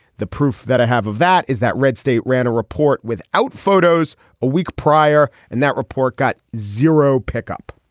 the proof that i have of that is that red state ran a report without photos a week prior and that report got zero pickup.